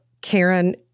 Karen